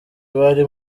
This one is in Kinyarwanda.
bari